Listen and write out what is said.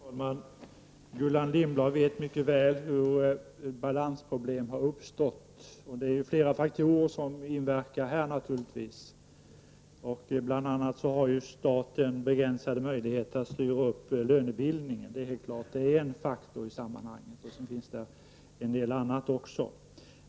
Herr talman! Gullan Lindblad vet mycket väl hur balansproblemen har uppstått. Det är flera faktorer som inverkar, bl.a. har staten begränsade möjligheter att styra upp lönebildningen, som är en faktor i sammanhanget, och det finns en del andra också.